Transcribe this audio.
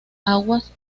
aguas